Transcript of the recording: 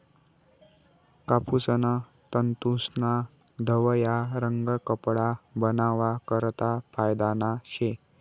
कापूसना तंतूस्ना धवया रंग कपडा बनावा करता फायदाना शे